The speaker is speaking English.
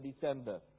December